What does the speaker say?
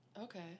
Okay